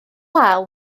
law